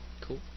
Cool